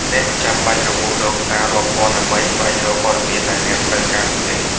អ្នកមិនចាំបាច់រមូររកសាររាប់ពាន់ដើម្បីស្វែងរកព័ត៌មានដែលអ្នកត្រូវការនោះទេ។